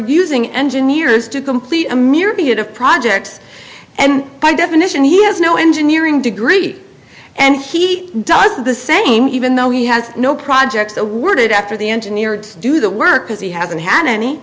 using engineers to complete a mere bit of projects and by definition he has no engineering degree and he does the same even though he has no projects a word after the engineer to do the work because he hasn't had any